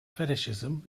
fetishism